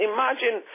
Imagine